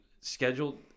scheduled